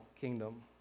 kingdom